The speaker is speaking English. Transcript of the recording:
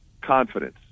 confidence